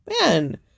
Man